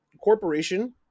corporation